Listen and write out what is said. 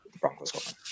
Broncos